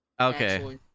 Okay